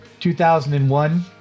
2001